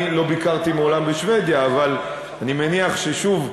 אני לא ביקרתי מעולם בשבדיה אבל אני מניח ששוב,